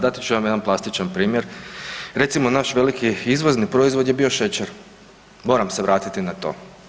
Dati ću vam jedan plastičan primjer, recimo naš veliki izvozni proizvod je bio šećer, moram se vratiti na to.